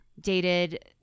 dated